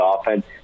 offense